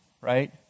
right